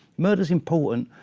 murder is important.